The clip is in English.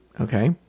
okay